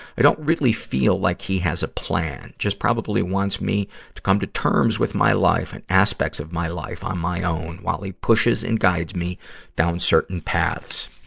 i don't really feel like he has a plan just probably wants me to come to terms with my life and aspects of my life on my own, while he pushes and guides me down certain paths.